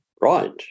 Right